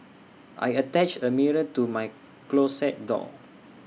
I attached A mirror to my closet door